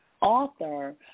author